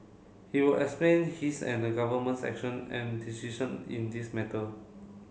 he will explain his and the Government's action and decision in this matter